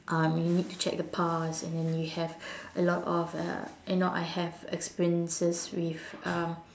um we need to check the pass and then we have a lot of uh you know I have experiences with um